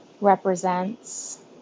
represents